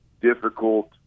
difficult